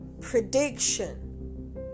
prediction